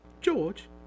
George